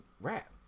rap